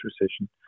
recession